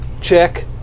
check